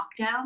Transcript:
lockdown